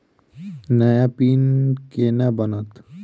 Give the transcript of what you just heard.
नया पिन केना बनत?